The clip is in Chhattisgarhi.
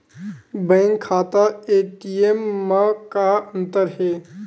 बैंक खाता ए.टी.एम मा का अंतर हे?